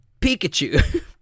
Pikachu